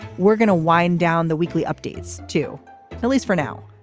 we're going to wind down the weekly updates to at least for now,